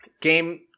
game